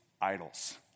idols